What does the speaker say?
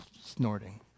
snorting